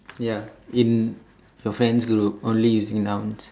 ya in your friends group only using nouns